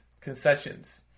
concessions